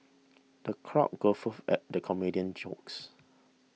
the crowd guffawed at the comedian's jokes